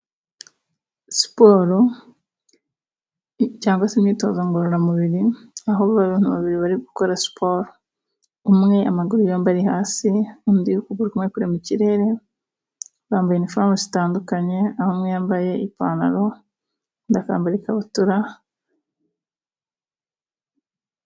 Siporo cyangwa se imyitozo ngororamubiri aho abantu babiri bari gukora siporo. Umwe amaguru yombi ari hasi undi ukuguru kumwe kure mu kirere. Bambaye iniforume zitandukanye aho umwe yambaye ipantaro, undi akambara ikabutura.